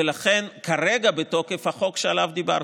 ולכן כרגע בתוקף החוק שעליו דיברתם,